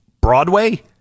Broadway